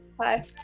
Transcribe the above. Hi